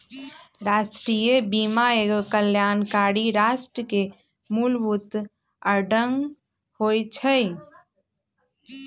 राष्ट्रीय बीमा एगो कल्याणकारी राष्ट्र के मूलभूत अङग होइ छइ